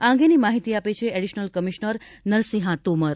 આ અંગેની માહિતી આપે છે એડિશનલ કમિશ્નર નરસિંહા તોમર